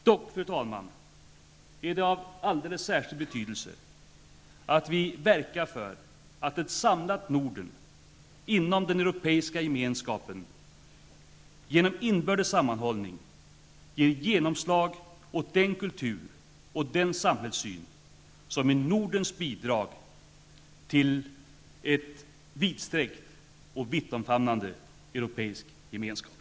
Dock, fru talman, är det av alldeles särskild betydelse att vi verkar för att ett samlat Norden inom Europeiska gemenskapen genom inbördes sammanhållning ger genomslag åt den kultur och den samhällssyn som är Nordens bidrag till en vidsträckt och vittomfamnande europeisk gemenskap.